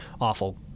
awful